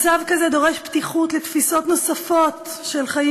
מצב כזה דורש פתיחות לתפיסות נוספות של חיים